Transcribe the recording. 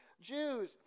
Jews